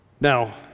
Now